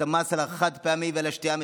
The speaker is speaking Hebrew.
את המס על החד-פעמי ועל השתייה המתוקה,